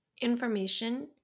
information